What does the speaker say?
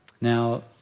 Now